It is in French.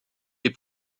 les